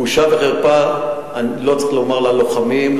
"בושה וחרפה" לא צריך לומר ללוחמים,